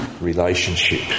relationship